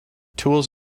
tools